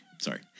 sorry